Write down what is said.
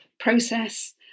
process